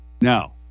Now